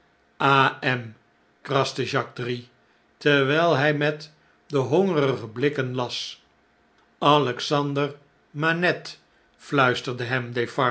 kraste jacques drie terwijl hjj met de hongerige blikken las alexander manette fiuisterde